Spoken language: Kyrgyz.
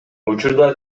учурда